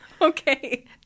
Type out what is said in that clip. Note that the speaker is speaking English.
Okay